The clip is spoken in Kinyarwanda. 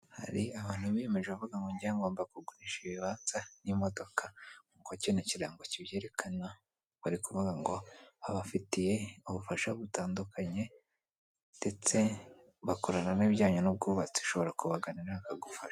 Hari abantu biyemeje avuga ngo njyewe ngomba kugurisha ibibanza n'imodoka, nk'uko kino kirango kibyerekana bari kuvuga ngo babafitiye ubufasha butandukanye ndetse bakorana n'ibijyanye n'ubwubatsi, ushobora kubagana nawe bakagufasha.